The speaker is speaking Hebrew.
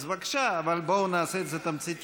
בבקשה, אבל בואו נעשה את זה תמציתי.